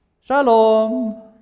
Shalom